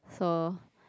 so